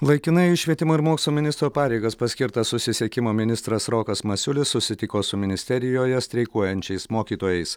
laikinai švietimo ir mokslo ministro pareigas paskirtas susisiekimo ministras rokas masiulis susitiko su ministerijoje streikuojančiais mokytojais